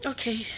Okay